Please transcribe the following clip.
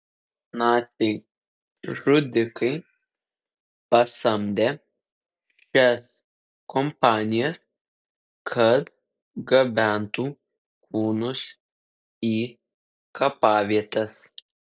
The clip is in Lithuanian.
naciai žudikai pasamdė šias kompanijas kad gabentų kūnus į kapavietes